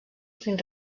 fins